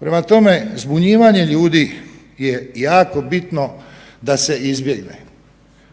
Prema tome, zbunjivanje ljudi je jako bitno da se izbjegne.